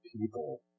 people